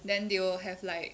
then they will have like